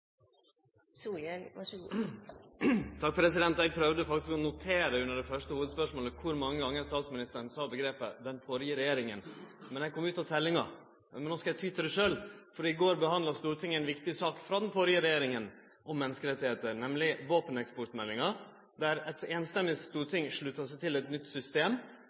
Eg prøvde å notere under det første hovudspørsmålet kor mange gonger statsministeren brukte omgrepet «den forrige regjeringen», men eg kom ut av teljinga. Men no skal eg ty til det sjølv. I går behandla Stortinget ei viktig sak frå «den forrige regjeringen» om menneskerettar, nemleg våpeneksportmeldinga. Eit samrøystes storting slutta seg til eit nytt system